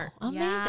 amazing